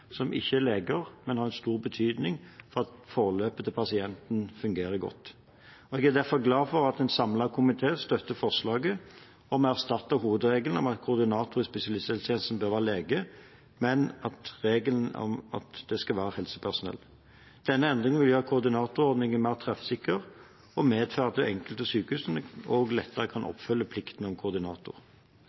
ikke leger, men har stor betydning for at forløpet til pasienten fungerer godt. Jeg er derfor glad for at en samlet komité støtter forslaget om å erstatte hovedregelen om at koordinator i spesialisthelsetjenesten bør være lege med en regel om at det skal være helsepersonell. Denne endringen vil gjøre koordinatorordningen mer treffsikker og medføre at det blir enklere for sykehusene å oppfylle plikten om koordinator.